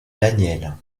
daniel